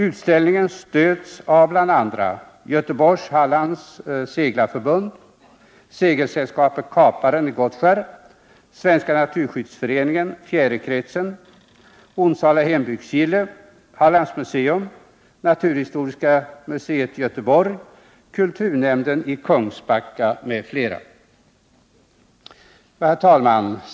Utställningen stöds av bl.a. Göteborgs-Hallands seglarförbund, Segelsällskapet Kaparen vid Gottskär, Svenska Naturskyddsföreningen — Fjärekretsen, Onsala hembygdsgille, Hallands museum, Naturhistoriska museet i Göteborg, kulturnämnden i Kungsbacka m.fl. Herr talman!